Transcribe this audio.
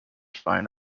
fine